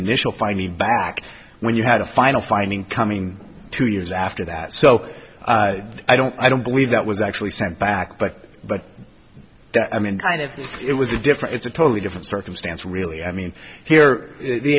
initial finding back when you had a final finding coming two years after that so i don't i don't believe that was actually sent back but but i mean kind of it was a different it's a totally different circumstance really i mean here the